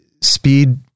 speed